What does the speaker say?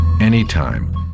anytime